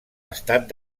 estat